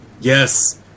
Yes